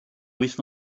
wyth